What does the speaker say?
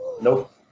Nope